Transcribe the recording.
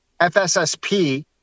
FSSP